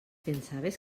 pensaves